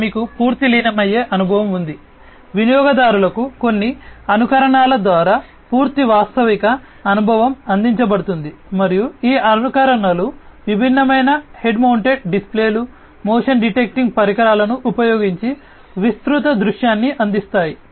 ఇక్కడ మీకు పూర్తి లీనమయ్యే అనుభవం ఉంది వినియోగదారులకు కొన్ని అనుకరణల ద్వారా పూర్తి వాస్తవిక అనుభవం అందించబడుతుంది మరియు ఈ అనుకరణలు విభిన్నమైన హెడ్ మౌంటెడ్ డిస్ప్లేలు మోషన్ డిటెక్టింగ్ పరికరాలను ఉపయోగించి విస్తృత దృశ్యాన్ని అందిస్తాయి